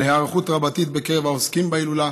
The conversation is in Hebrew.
היערכות רבתי בקרב העוסקים בהילולה,